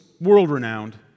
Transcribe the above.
world-renowned